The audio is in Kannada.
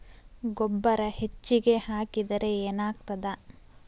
ಗೊಬ್ಬರ ಹೆಚ್ಚಿಗೆ ಹಾಕಿದರೆ ಏನಾಗ್ತದ?